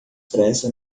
pressa